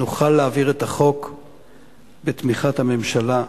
נוכל להעביר את החוק בתמיכת הממשלה,